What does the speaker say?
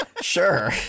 sure